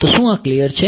તો શું આ ક્લીયર છે